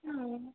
हुँ